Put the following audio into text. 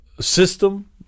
system